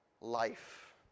life